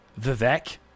Vivek